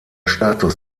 status